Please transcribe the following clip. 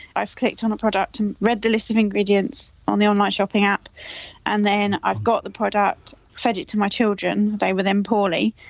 i've clicked on a product and read the list of ingredients on the online shopping app and then i've got the product, fed it to my children, they were then poorly.